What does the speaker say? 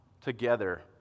together